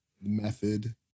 method